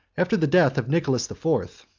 after the death of nicholas the fourth,